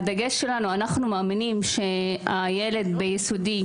אנחנו מאמינים שהילד ביסודי,